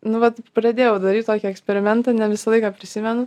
vu vat pradėjau daryt tokį eksperimentą ne visą laiką prisimenu